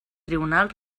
tribunal